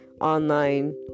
online